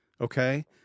Okay